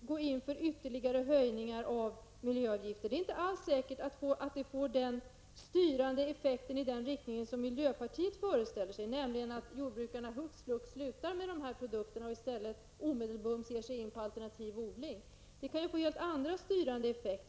går in för ytterligare höjningar av miljöavgifterna, är det inte alls säkert att detta får en styrande effekt i den riktning som miljöpartiet föreställer sig, nämligen att jordbrukarna hux flux slutar med dessa produkter och i stället omedelbart ger sig in på alternativ odling. Det kan få helt andra effekter.